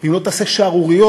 אם לא תעשה שערוריות.